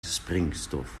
springstof